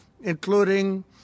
including